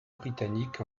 britanniques